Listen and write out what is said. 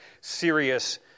Serious